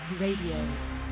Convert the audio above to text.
Radio